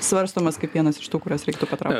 svarstomas kaip vienas iš tų kuriuos reiktų patrau